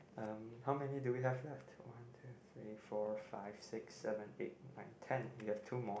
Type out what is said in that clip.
um how many do we have left one two three four five six seven eight nine ten we have two more